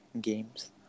games